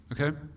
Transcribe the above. Okay